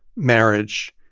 marriage,